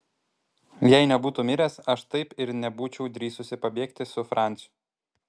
jei nebūtų miręs aš taip ir nebūčiau drįsusi pabėgti su franciu